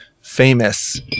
famous